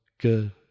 good